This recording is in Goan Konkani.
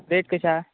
रेट कशी आहा